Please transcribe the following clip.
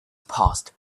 passed